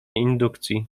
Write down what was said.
indukcji